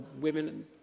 women